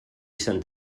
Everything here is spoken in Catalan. sant